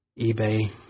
eBay